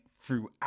throughout